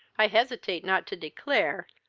i hesitate not to declare,